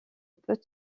peut